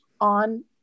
on